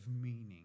meaning